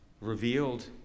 revealed